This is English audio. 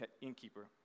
innkeeper